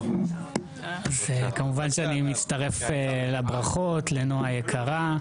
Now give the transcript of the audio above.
כמובן שאני מצטרף לברכות לנועה היקרה.